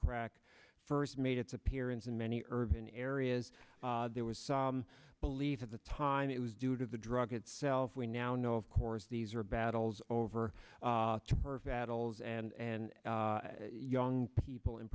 crack first made its appearance in many urban areas there was some belief at the time it was due to the drug itself we now know of course these are battles over her fattal's and young people in